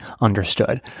understood